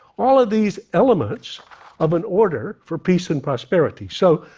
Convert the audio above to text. all of these elements of an order for peace and prosperity. so,